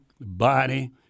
body